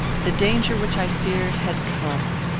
the danger which i feared had come.